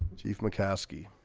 chief mackowski